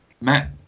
matt